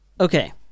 Okay